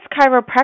chiropractic